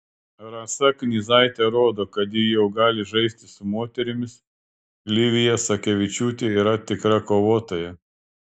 rasa knyzaitė rodo kad ji jau gali žaisti su moterimis livija sakevičiūtė yra tikra kovotoja